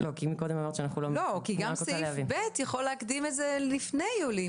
גם בסעיף קטן (ב) אפשר להקדים את זה לפני יולי,